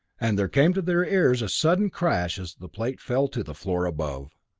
and there came to their ears a sudden crash as the plate fell to the floor above.